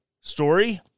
story